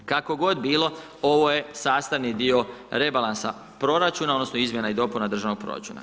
Kako god bilo, ovo je sastavni dio rebalansa proračuna odnosno izmjena i dopuna državnog proračuna.